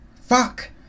Fuck